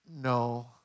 No